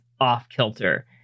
off-kilter